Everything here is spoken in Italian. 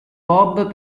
bob